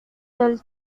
del